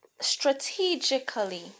strategically